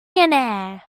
millionaire